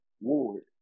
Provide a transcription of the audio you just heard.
Ward